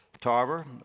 tarver